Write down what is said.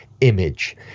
image